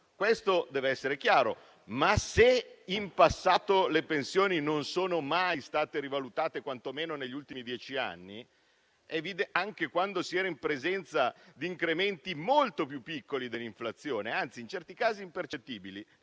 questo dev'essere chiaro. In passato le pensioni non sono mai state rivalutate (quantomeno negli ultimi dieci anni), anche quando si era in presenza di incrementi molto più piccoli dell'inflazione, anzi, in certi casi impercettibili;